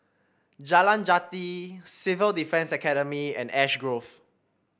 Jalan Jati Civil Defence Academy and Ash Grove